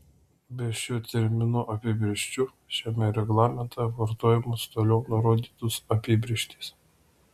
be šių terminų apibrėžčių šiame reglamente vartojamos toliau nurodytos apibrėžtys